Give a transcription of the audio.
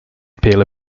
appeal